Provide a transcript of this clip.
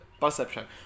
Perception